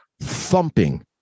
thumping